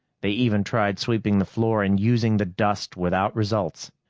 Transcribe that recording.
they even tried sweeping the floor and using the dust without results.